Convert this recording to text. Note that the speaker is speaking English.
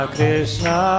Krishna